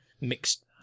mixed